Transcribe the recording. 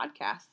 podcasts